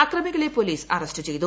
അക്രമികളെ police arrest ചെയ്തു